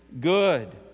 good